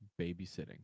babysitting